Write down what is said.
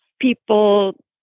people